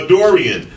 Dorian